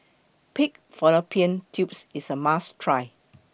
Pig Fallopian Tubes IS A must Try